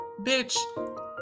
Bitch